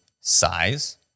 size